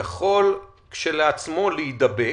יכול כשלעצמו להידבק?